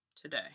today